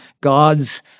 God's